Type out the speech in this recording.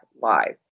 live